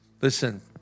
listen